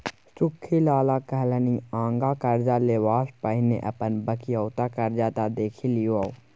सुख्खी लाला कहलनि आँगा करजा लेबासँ पहिने अपन बकिऔता करजा त देखि लियौ